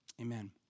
amen